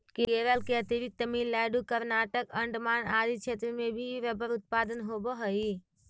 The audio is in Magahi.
केरल के अतिरिक्त तमिलनाडु, कर्नाटक, अण्डमान आदि क्षेत्र में भी रबर उत्पादन होवऽ हइ